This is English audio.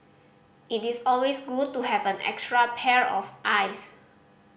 it is always good to have an extra pair of eyes